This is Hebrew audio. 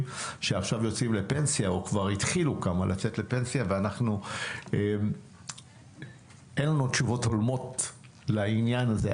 שעכשיו יוצאים לפנסיה ואנחנו- אין לנו תשובות הולמות לעניין הזה.